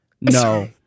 No